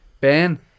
Ben